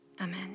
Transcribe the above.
Amen